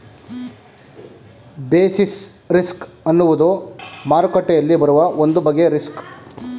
basis risk ಅನ್ನುವುದು ಮಾರುಕಟ್ಟೆಯಲ್ಲಿ ಬರುವ ಒಂದು ಬಗೆಯ ರಿಸ್ಕ್